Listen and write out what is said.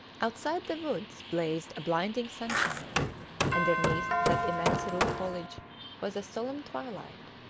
outside the woods blazed a blinding sunshine underneath that immense roof-foliage was a solemn twilight.